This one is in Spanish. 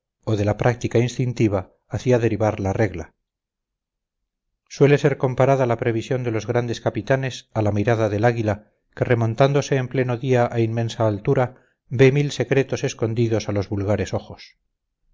o de la práctica instintiva hacía derivar la regla suele ser comparada la previsión de los grandes capitanes a la mirada del águila que remontándose en pleno día a inmensa altura ve mil secretos escondidos a los vulgares ojos